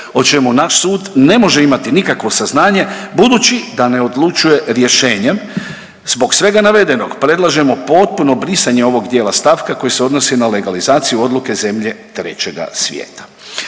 o čemu naš sud ne može imati nikakvo saznanje, budući da ne odlučuje rješenjem. Zbog svega navedenog predlažemo potpuno brisanje ovog dijela stavka koji se odnosi na legalizaciju zemlje trećega svijeta.